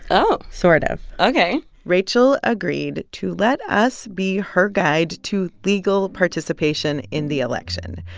oh. sort of ok rachel agreed to let us be her guide to legal participation in the election.